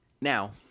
Now